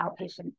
outpatient